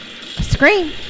Scream